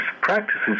Practices